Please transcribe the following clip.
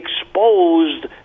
exposed